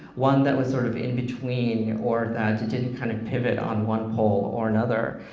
one that was sort of in between or that didn't didn't kind of pivot on one pole or another,